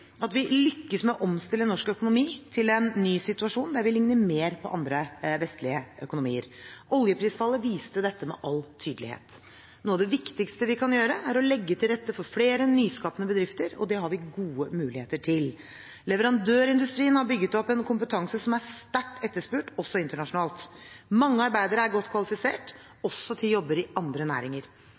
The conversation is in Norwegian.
at vi lykkes med å omstille norsk økonomi til en ny situasjon, der vi ligner mer på andre vestlige økonomier. Oljeprisfallet viste dette med all tydelighet. Noe av det viktigste vi kan gjøre, er å legge til rette for flere nyskapende bedrifter, og det har vi gode muligheter til. Leverandørindustrien har bygget opp en kompetanse som er sterkt etterspurt, også internasjonalt. Mange arbeidere er godt kvalifiserte, også til jobber i andre næringer.